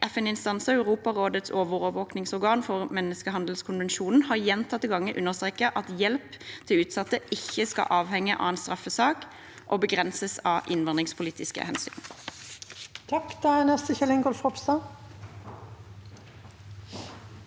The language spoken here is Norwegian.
FN-instanser og Europarådets overvåkningsorgan for menneskehandelskonvensjonen har gjentatte ganger understreket at hjelp til utsatte ikke skal avhenge av straffesak og begrenses av innvandringspolitiske hensyn. Kjell Ingolf Ropstad